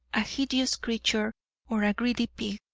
a hideous creature or a greedy pig,